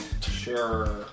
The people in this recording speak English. Sure